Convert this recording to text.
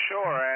Sure